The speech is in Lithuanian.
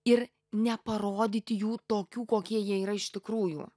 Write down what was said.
ir neparodyti jų tokių kokie jie yra iš tikrųjų